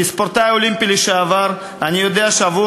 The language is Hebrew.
כספורטאי אולימפי לשעבר אני יודע שעבור